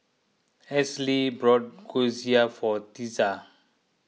Ainsley brought Gyoza for Tessa